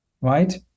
right